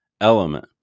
element